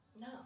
No